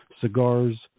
cigars